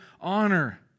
honor